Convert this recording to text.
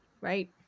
right